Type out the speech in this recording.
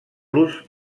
los